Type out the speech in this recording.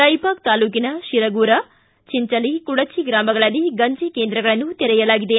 ರಾಯಬಾಗ ತಾಲೂಕಿನ ಶೀರಗೂರ ಚಿಂಚಲಿ ಕುಡಚಿ ಗ್ರಾಮಗಳಲ್ಲಿ ಗಂಜಿ ಕೇಂದ್ರಗಳನ್ನು ತೆರೆಯಲಾಗಿದೆ